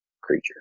creature